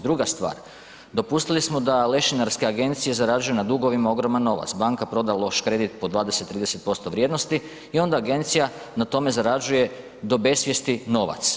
Druga stvar, dopustili smo da lešinarske agencije zarađuju na dugovima ogroman novac, banka proda loš kredit po 20-30% vrijednosti i onda agencija na tome zarađuje do besvijesti novac.